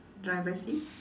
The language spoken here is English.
driver seat